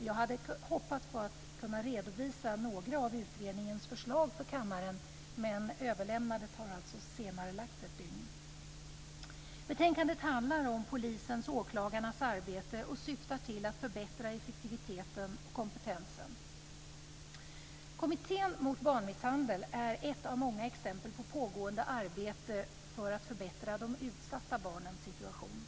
Jag hade hoppats på att kunna redovisa några av utredningens förslag för kammaren, men överlämnandet har senarelagts ett dygn. Betänkandet handlar om polisens och åklagarnas arbete och syftar till att förbättra effektiviteten och kompetensen. Kommittén mot barnmisshandel är ett av många exempel på pågående arbete för att förbättra de utsatta barnens situation.